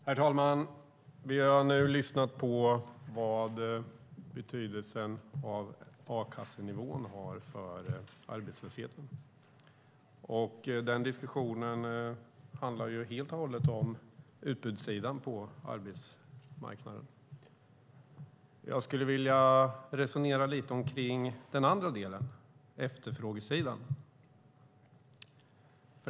Herr talman! Vi har nu lyssnat på vilken betydelse a-kassenivån har för arbetslösheten. Den diskussionen handlar helt och hållet om utbudssidan på arbetsmarknaden. Jag skulle vilja resonera lite om den andra delen, det vill säga efterfrågesidan.